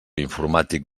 informàtic